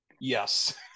Yes